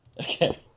Okay